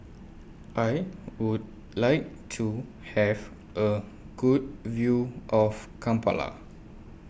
I Would like to Have A Good View of Kampala